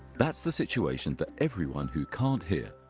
that's the situation that everyone who can't hear.